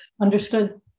Understood